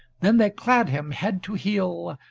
then they clad him, head to heel,